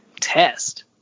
Test